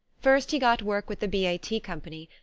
first he got work with the b. a. t. company,